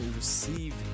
receive